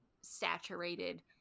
saturated